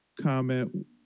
comment